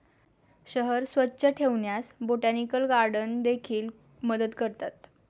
शहर स्वच्छ ठेवण्यास बोटॅनिकल गार्डन देखील मदत करतात